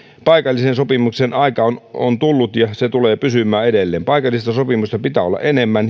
paikallisen sopimisen aika on on tullut ja se tulee pysymään edelleen paikallista sopimista pitää olla enemmän